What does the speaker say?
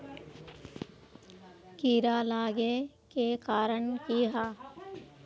कीड़ा लागे के कारण की हाँ?